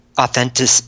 authentic